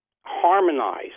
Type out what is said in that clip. harmonize